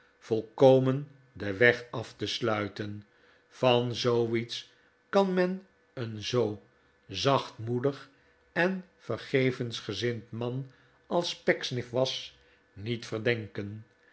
volkomen den weg af te sluiten van zooiets kan men een zoo zachtmoedig en vergevensgezind man als pecksniff was niet verdenken